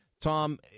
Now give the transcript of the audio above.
Tom